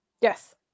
Yes